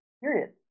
period